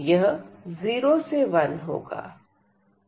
यह 0 से 1 होगा